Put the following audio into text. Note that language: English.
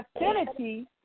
affinity